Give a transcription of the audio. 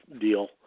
deal